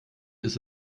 ist